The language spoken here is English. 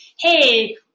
hey